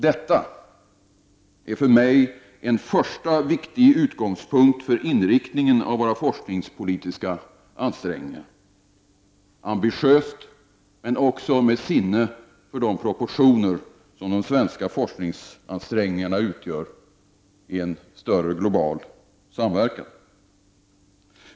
Detta är för mig en första viktig utgångspunkt för inriktningen av våra forskningspolitiska ansträngningar — ambitiöst men också med sinne för de proportioner som de svenska forskningsansträngningarna utgör i en sförre global samverkan.